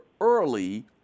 early